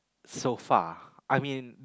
so far I mean